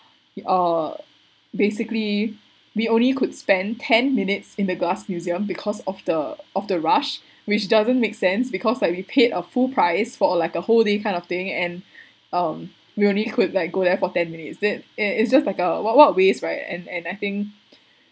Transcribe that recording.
uh basically we only could spend ten minutes in the glass museum because of the of the rush which doesn't make sense because like we paid a full price for a like a whole day kind of thing and um merely could like go there for ten minutes then it it just like uh what what ways right and and I think